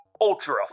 Ultra